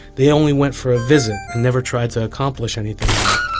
they only went for a visit and never tried to accomplish anything there